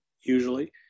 usually